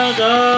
go